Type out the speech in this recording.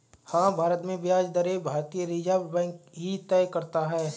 हाँ, भारत में ब्याज दरें भारतीय रिज़र्व बैंक ही तय करता है